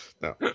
no